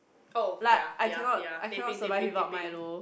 oh ya ya ya teh peng teh peng teh peng